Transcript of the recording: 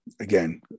again